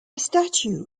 statue